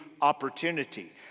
opportunity